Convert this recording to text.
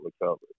recovered